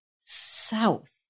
south